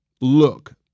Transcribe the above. look